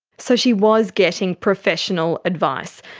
so she was getting professional advice.